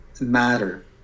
matter